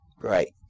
Right